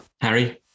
Harry